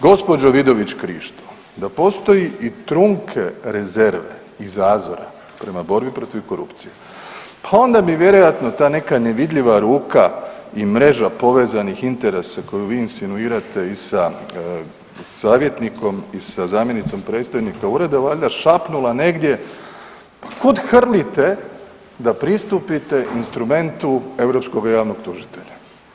Gospođo Vidović Krišto da postoji i trunke rezerve i zazora prema borbi protiv korupcije pa onda bi vjerojatno ta neka nevidljiva ruka i mreža povezanih interesa koju vi insinuirate i sa savjetnikom i sa zamjenicom predstojnika ureda valjda šapnula negdje kud hrlite da pristupite instrumentu europskoga javnog tužitelja.